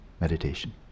meditation